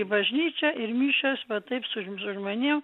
i bažnyčia ir mišios taip su su žmonėm